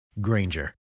Granger